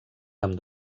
amb